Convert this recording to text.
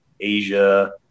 Asia